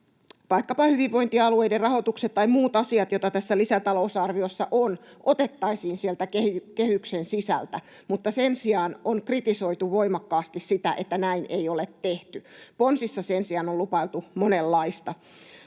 vaikkapa nämä hyvinvointialueiden rahoitukset tai muut asiat, joita tässä lisätalousarviossa on, otettaisiin sieltä kehyksen sisältä, mutta sen sijaan on kritisoitu voimakkaasti sitä, että näin ei ole tehty. Ponsissa sen sijaan on lupailtu monenlaista.